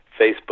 Facebook